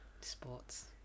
Sports